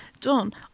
done